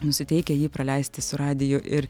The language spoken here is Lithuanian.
nusiteikę jį praleisti su radiju ir